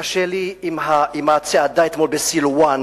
קשה לי עם הצעדה אתמול בסילואן,